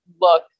look